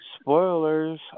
spoilers